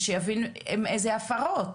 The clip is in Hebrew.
ושיבין איזה הפרות.